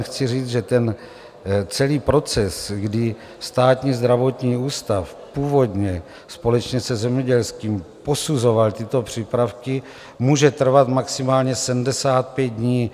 Chci jenom říct, že ten celý proces, kdy Státní zdravotní ústav původně společně se zemědělským posuzoval tyto přípravky, může trvat maximálně 75 dní.